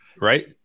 right